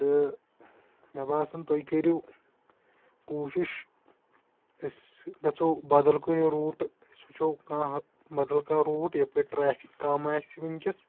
تہٕ مےٚ باسان تُہۍ کٔرِو کوٗشِش أسۍ گژھو بَدل کُنہِ روٗٹہٕ أسۍ وٕچھو کانٛہہ بدل کانٛہہ روٗٹ یَپٲرۍ ٹرٛیفِک کَم آسہِ وٕنکیٚس